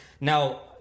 Now